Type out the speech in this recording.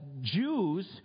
Jews